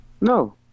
No